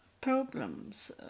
problems